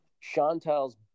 chantal's